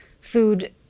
food